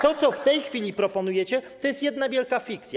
To, co w tej chwili proponujecie, to jest jedna wielka fikcja.